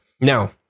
Now